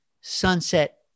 sunset